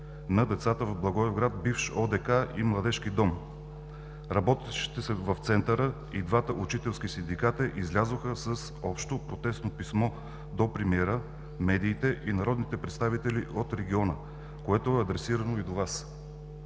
на децата в Благоевград, бивш ОДК и Младежки дом. Работещите в Центъра и двата учителски синдиката излязоха с общо протестно писмо до премиера, медиите и народните представители от региона, което е адресирано и до Вас.